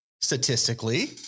statistically